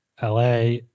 LA